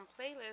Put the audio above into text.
playlist